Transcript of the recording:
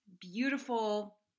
beautiful